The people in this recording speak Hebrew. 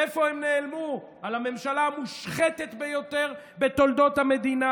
איפה הם נעלמו עם הממשלה המושחתת ביותר בתולדות המדינה?